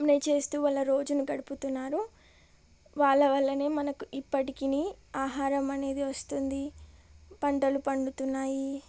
నే చేస్తూ వాళ్ళ రోజుని గడుపుతున్నారు వాళ్ళ వల్లనే మనకు ఇప్పటికి ఆహారం అనేది వస్తుంది పంటలు పండుతున్నాయి